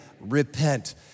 repent